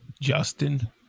Justin